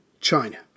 China